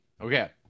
Okay